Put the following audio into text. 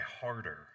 harder